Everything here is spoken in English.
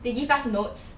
they give us notes